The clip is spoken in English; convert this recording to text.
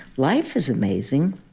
life is amazing.